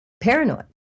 paranoid